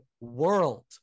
world